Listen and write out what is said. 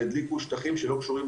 והדליקו שטחים שלא קשורים,